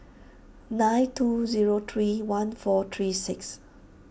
nine two zero three one four three six